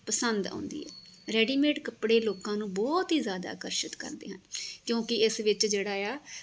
ਪਸੰਦ ਆਉਂਦੀ ਹੈ ਰੇਡੀਮੇਡ ਕੱਪੜੇ ਲੋਕਾਂ ਨੂੰ ਬਹੁਤ ਹੀ ਜ਼ਿਆਦਾ ਆਕਰਸ਼ਿਤ ਕਰਦੇ ਹਨ ਕਿਉਂਕਿ ਇਸ ਵਿੱਚ ਜਿਹੜਾ ਆ